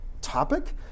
topic